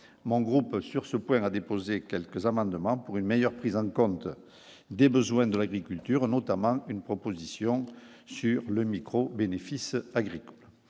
mon groupe sur ce point à déposer quelques amendements pour une meilleure prise en compte des besoins de l'agriculture notamment une proposition sur le micro bénéfices agricoles